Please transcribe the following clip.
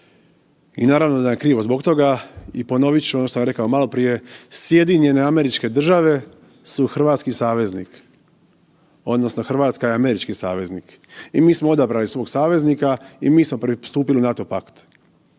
i naravno da nam je krivo zbog toga. I ponovit ću ono što sam rekao maloprije, SAD su hrvatski saveznik odnosno RH je američki saveznik. I mi smo odabrali svog saveznika i mi smo pristupili u NATO pakt.